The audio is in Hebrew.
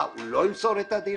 מה, הוא לא ימסור את הדירה?